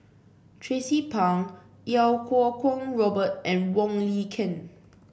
Tracie Pang Iau Kuo Kwong Robert and Wong Lin Ken